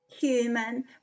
human